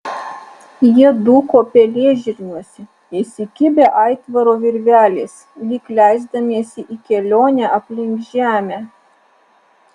jie dūko pelėžirniuose įsikibę aitvaro virvelės lyg leisdamiesi į kelionę aplink žemę